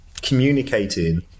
communicating